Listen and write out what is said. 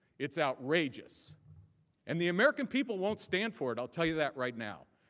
is outrageous and the american people won't stand for it. i will tell you that right now.